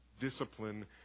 discipline